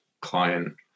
client